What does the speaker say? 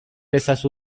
ezazu